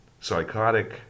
psychotic